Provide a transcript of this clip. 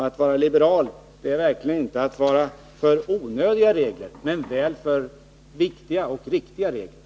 Att vara liberal är verkligen inte att vara för onödiga regler, men väl för viktiga och riktiga regler!